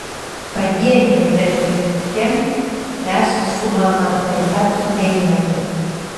padienėm darbininkėm mes su mama taip pat neiname